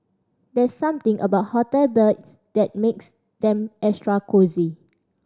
there's something about hotel beds that makes them extra cosy